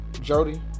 Jody